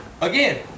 again